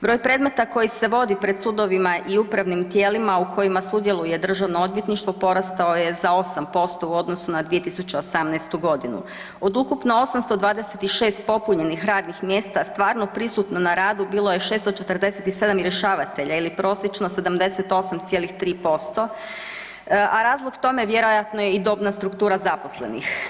Broj predmeta koji se vodi pred sudovima i upravnim tijelima u sudjeluje državnog odvjetništvo porastao je za 8% u odnosu na 2018.g. Od ukupno 826 popunjenih radnih mjesta stvarno prisutno na radu bilo je 647 rješavatelja ili prosječno 78,3%, a razlog tome je vjerojatno i dobna struktura zaposlenih.